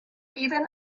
even